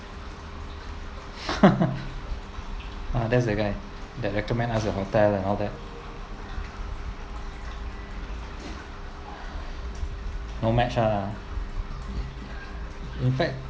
ah that's the guy that recommend us the hotel and all that no match ah in fact